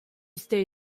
stay